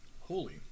Holy